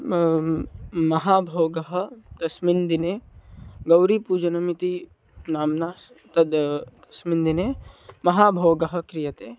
महाभोगः तस्मिन् दिने गौरीपूजनम् इति नाम्ना तत् तस्मिन् दिने महाभोगः क्रियते